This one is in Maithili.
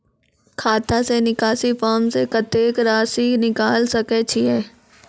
खाता से निकासी फॉर्म से कत्तेक रासि निकाल सकै छिये?